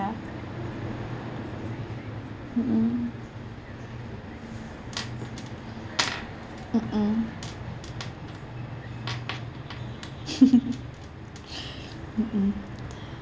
ya mmhmm mmhmm mmhmm